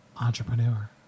Entrepreneur